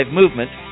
movement